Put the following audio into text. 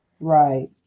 Right